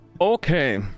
okay